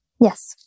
Yes